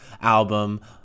album